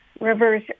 rivers